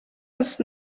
ist